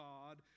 God